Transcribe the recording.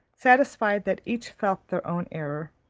satisfied that each felt their own error,